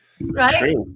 Right